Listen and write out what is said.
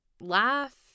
laugh